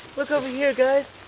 look over here guys.